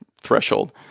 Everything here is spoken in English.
threshold